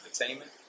entertainment